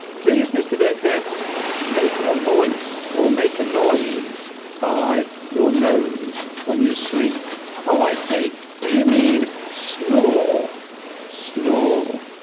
please mr. duncan make a voice or make a noise by your nose when you sleep oh i see do you mean snore snore